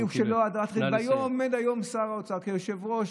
והיום עומד שר האוצר, כיושב-ראש